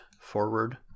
forward